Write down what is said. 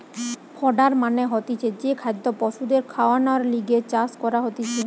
fodder মানে হতিছে যে খাদ্য পশুদের খাওয়ানর লিগে চাষ করা হতিছে